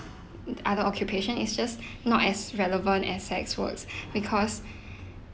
uh other occupation is just not as relevant as sex works because